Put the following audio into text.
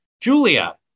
Julia